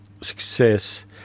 success